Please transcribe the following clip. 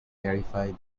clarify